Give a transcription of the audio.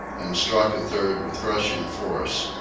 and struck a third with crushing force.